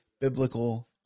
biblical